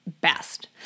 Best